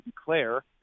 declare